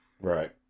Right